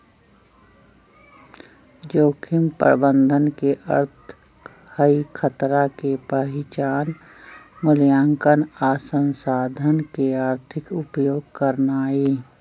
जोखिम प्रबंधन के अर्थ हई खतरा के पहिचान, मुलायंकन आ संसाधन के आर्थिक उपयोग करनाइ